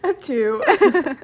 Two